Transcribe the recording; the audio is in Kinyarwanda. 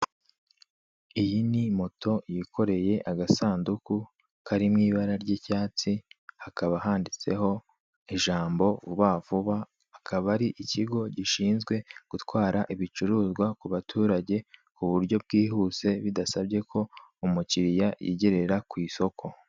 Iyi ni moto yikoreye agasanduku kari mu ibara ry'icyatsi, hakaba handitseho ijambo vuba vuba, akaba ari ikigo gishinzwe gutwara ibicuruzwa ku baturage ku buryo bwihuse, bidasabye ko umukiriya yigerera ku isoko.